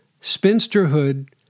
spinsterhood